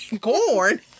Corn